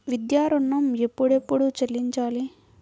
విద్యా ఋణం ఎప్పుడెప్పుడు చెల్లించాలి?